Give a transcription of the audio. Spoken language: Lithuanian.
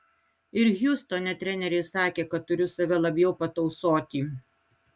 ir hjustone treneriai sakė kad turiu save labiau patausoti